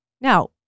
now